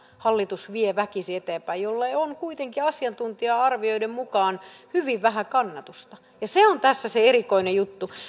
hallitus vie väkisin eteenpäin tällaista talouspoliittista linjaa jolla on kuitenkin asiantuntija arvioiden mukaan hyvin vähän kannatusta se on tässä se erikoinen juttu